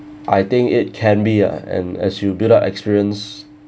I think it can be ah and as you build up experience